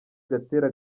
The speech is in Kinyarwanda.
gatera